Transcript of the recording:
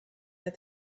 that